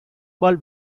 ball